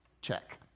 Check